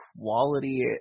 quality